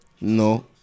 No